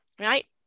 Right